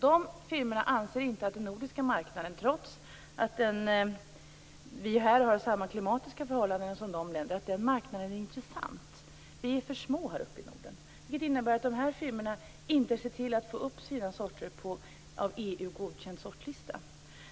De firmorna anser inte att den nordiska marknaden är intressant, trots att vi har samma klimatiska förhållanden som Kanada och Japan. Vi är för små. Dessa firmor ser därför inte till att få upp sina sorter på en av EU godkänd sortlista.